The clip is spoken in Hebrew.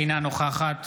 אינה נוכחת